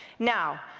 now,